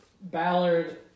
ballard